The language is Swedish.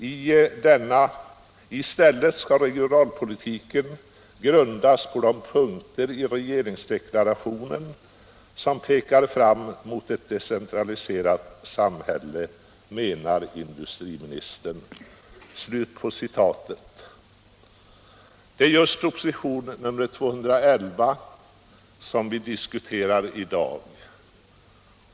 I stället ska regionalpolitiken grundas på de punkter i regeringsdeklarationen som pekar fram mot ett decentraliserat samhälle, menade industriministern.” Det är just propositionen 211 som vi diskuterar i dag.